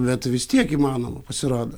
bet vis tiek įmanoma pasirodo